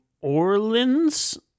Orleans